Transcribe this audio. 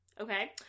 okay